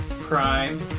Prime